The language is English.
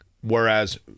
whereas